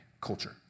culture